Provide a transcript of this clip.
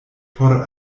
por